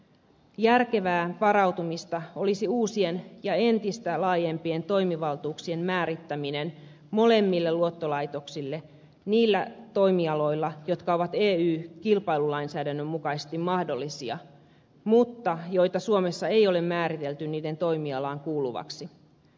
järkevää varautumista olisi uusien ja entistä laajempien toimivaltuuksien määrittäminen molemmille luottolaitoksille niillä toimialoilla jotka ovat ey kilpailulainsäädännön mukaisesti mahdollisia mutta joita suomessa ei ole määritelty niiden toimialaan kuuluviksi